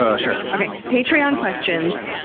ah sure. okay. patreon questions.